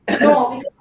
No